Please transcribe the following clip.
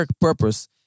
purpose